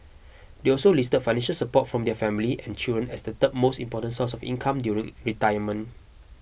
they also listed financial support from their family and children as the third most important source of income during retirement